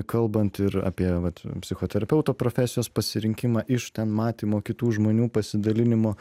kalbant ir apie vat psichoterapeuto profesijos pasirinkimą iš ten matymo kitų žmonių pasidalinimo